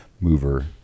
mover